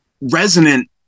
resonant